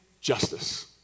Justice